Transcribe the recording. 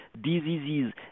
diseases